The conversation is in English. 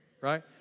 right